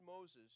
Moses